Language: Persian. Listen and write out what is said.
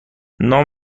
نام